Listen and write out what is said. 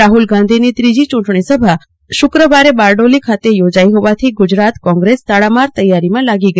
રાહુલ ગાંધીની ત્રીજી ચૂંટણી સભા શુક્રવારે બારડોલી ખાતે યોજાઇ હોવાથી ગુજરાત કોંગ્રેસ તડામાર તૈયારીમાં લાગી ગઇ છે